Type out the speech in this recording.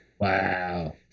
Wow